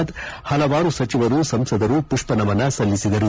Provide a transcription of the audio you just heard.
ದ್ ಹಲವಾರು ಸಚಿವರು ಸಂಸದರು ಮಪ್ಷನಮನ ಸಲ್ಲಿಬಿದರು